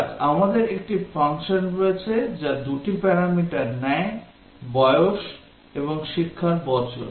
যাক আমাদের একটি ফাংশন রয়েছে যা দুটি প্যারামিটার নেয় বয়স এবং শিক্ষার বছর